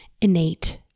innate